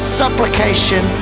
supplication